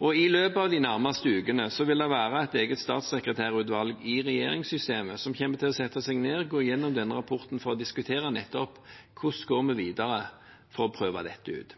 I løpet av de nærmeste ukene vil det være et eget statssekretærutvalg i regjeringssystemet som kommer til å sette seg ned og gå gjennom denne rapporten for å diskutere nettopp hvordan vi går videre